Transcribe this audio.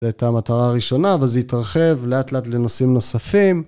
זו הייתה המטרה הראשונה, אבל זה התרחב לאט לאט לנושאים נוספים.